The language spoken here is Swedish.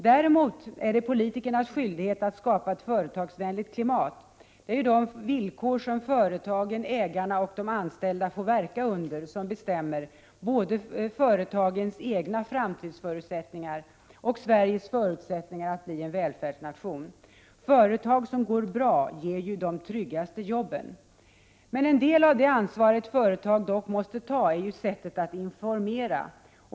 Däremot är det politikernas skyldighet att skapa ett företagsvänligt klimat. Det är ju de villkor som företagen, ägarna och de anställda får verka under som bestämmer både företagens egna framtidsförutsättningar och Sveriges förutsättningar att bli en välfärdsnation. Företag som går bra ger ju de tryggaste jobben! En del av det ansvar ett företag dock måste ta gäller sättet att informera.